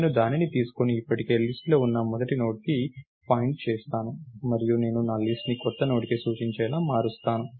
నేను దానిని తీసుకొని ఇప్పటికే లిస్ట్ లో ఉన్న మొదటి నోడ్కి పాయింట్ చేస్తాను మరియు నేను నా లిస్ట్ ను కొత్త నోడ్కి సూచించేలా మారుస్తాను